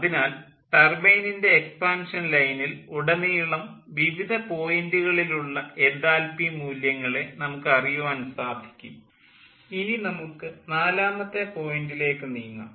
അതിനാൽ ടർബൈനിൻ്റെ എക്സ്പാൻഷൻ ലൈനിൽ ഉടനീളം വിവിധ പോയിൻ്റുകളിൽ ഉള്ള എൻതാൽപ്പി മൂല്യങ്ങളെ നമുക്ക് അറിയുവാൻ സാധിക്കും ഇനി നമുക്ക് നാലാമത്തെ പോയിൻ്റിലേക്ക് നീങ്ങാം